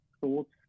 thoughts